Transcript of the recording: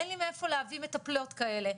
אין לי מאיפה להביא מטפלות כאלה'.